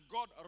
God